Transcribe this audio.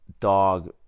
dog